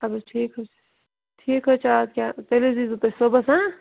اَدٕ حظ ٹھیٖک حظ چھُ ٹھیٖک حظ چھُ اَدٕ کیٛاہ تیٚلہِ حظ ییٖزیٚو تُہۍ صبُحس